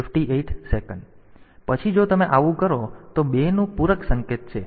પછી જો તમે આવું કરો તો 2 નું પૂરક સંકેત છે